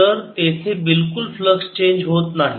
तर तेथे बिलकुल फ्लक्स चेंज होत नाही